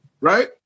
Right